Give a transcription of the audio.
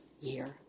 year